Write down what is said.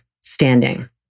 standing